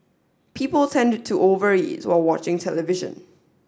people tend to over eat while watching television